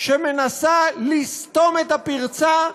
שמנסה לסתום את הפרצה,